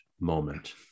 moment